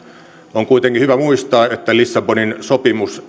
on kuitenkin hyvä muistaa että lissabonin sopimus